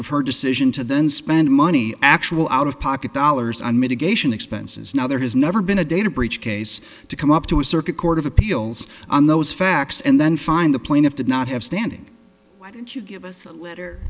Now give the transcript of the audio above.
of her decision to then spend money actual out of pocket dollars on mitigation expenses now there has never been a data breach case to come up to a circuit court of appeals on those facts and then find the plaintiff did not have standing why didn't you give us a